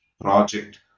project